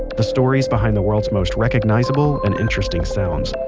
the stories behind the world's most recognizable and interesting sounds.